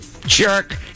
jerk